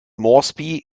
moresby